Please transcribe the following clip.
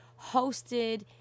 hosted